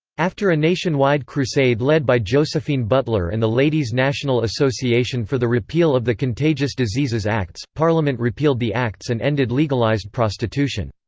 after a nationwide crusade led by josephine butler and the ladies national association for the repeal of the contagious diseases acts, parliament repealed the acts and ended legalised prostitution.